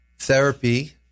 therapy